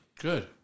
good